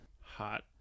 hot